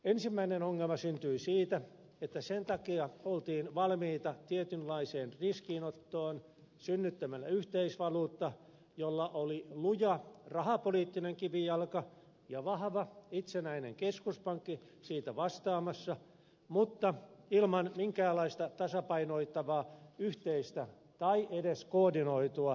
ensimmäinen ongelma syntyi siitä että sen takia oltiin valmiita tietynlaiseen riskinottoon synnyttämällä yhteisvaluutta jolla oli luja rahapoliittinen kivijalka ja vahva itsenäinen keskuspankki siitä vastaamassa mutta ilman minkäänlaista tasapainottavaa yhteistä tai edes koordinoitua finanssipolitiikkaa